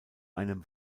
einem